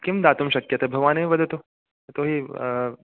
किं दातुं शक्यते भवानेव वदतु यतो हि